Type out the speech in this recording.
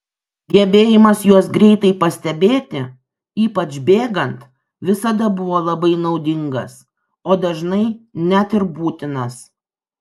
gebėjimas juos greitai pastebėti ypač bėgant visada buvo labai naudingas o dažnai net ir būtinas